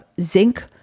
zinc